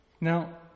Now